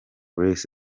grace